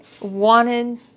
wanted